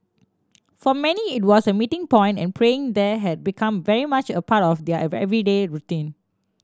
for many it was a meeting point and praying there had become very much a part of their everyday routine